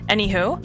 Anywho